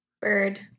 Bird